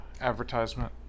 advertisement